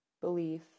belief